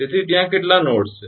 તેથી ત્યાં કેટલા નોડ્સ છે